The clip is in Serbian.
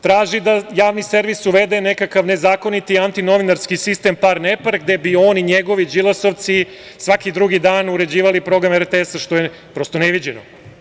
Traži da javni servis uvede nekakav zakoniti antinovinarski sistem par-nepar gde bi on i njegovi Đilasovci svaki drugi dan uređivali program RTS, što je prosto neviđeno.